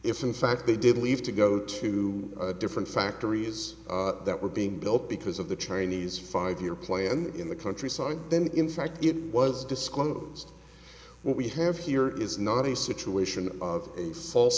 if in fact they did leave to go to different factories that were being built because of the chinese five year plan in the countryside then in fact it was disclosed what we have here is not a situation of a false